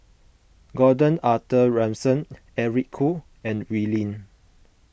Gordon Arthur Ransome Eric Khoo and Wee Lin